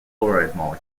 molecule